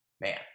man